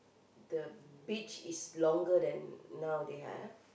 the beach is longer than now they have